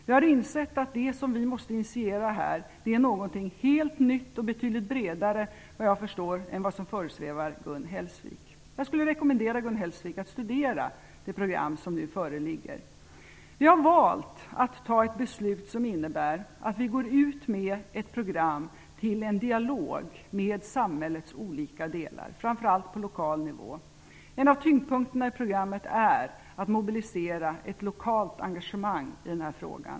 Vi har insett att det som vi måste initiera här är någonting helt nytt och betydligt bredare än vad som föresvävar Gun Hellsvik. Jag skulle vilja rekommendera Gun Hellsvik att studera det program som nu föreligger. Vi har valt att ta ett beslut som innebär att vi går ut med ett program till en dialog med samhällets olika delar, framför allt på lokal nivå. En av tyngdpunkterna i programmet är att mobilisera ett lokalt engagemang i denna fråga.